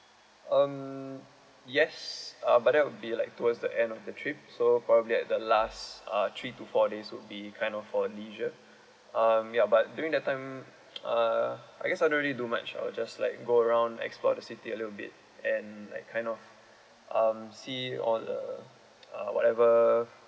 um yes uh but that will be like towards the end of the trip so probably at the last uh three to four days would be kind of for leisure um ya but during that time uh I guess I don't really do much I will just like go around explore the city a little bit and like kind of um see all the uh whatever